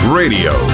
radio